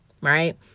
right